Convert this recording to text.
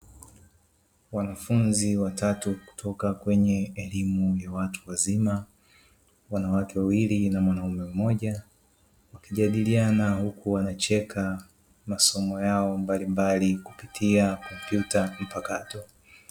Wanafunzi watatu kutoka katika elimu ya watu wazima, wanawake wawili na mwanaume mmoja, wakijadiliana huku wanacheka, masomo yao mbalimbali kupitia kompyuta mpakato.